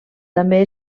també